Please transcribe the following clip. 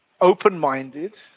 open-minded